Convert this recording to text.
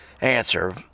answer